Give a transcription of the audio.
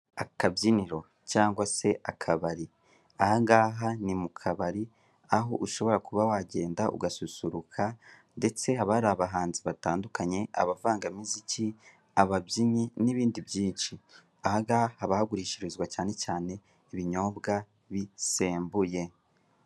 Akabyiniro cyangwa se akabari. Aha ngaha ni mu kabari, aho ushobora kuba wagenda ugasusuruka, ndetse haba hari abahanzi batandukanye, abavangamiziki, ababyinnyi n'ibindi byinshi. Aha ngaha haba hagurishirizwa cyane cyane ibinyobwa bisembuye.